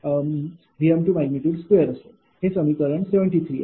हे समीकरण 73 आहे